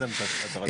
מה זה הצהרת פתיחה?